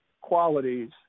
qualities